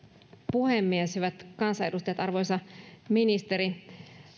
puhemies hyvät kansanedustajat arvoisa ministeri